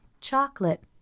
Chocolate